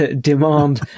demand